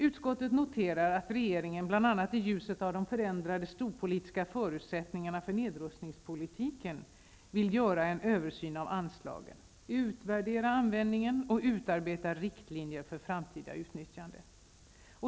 Utskottet noterar att regeringen bl.a. i ljuset av de förändrade storpolitiska förutsättningarna för nedrustningspolitiken vill göra en översyn av anslagen, utvärdera användningen och utarbeta riktlinjer för framtida utnyttjande.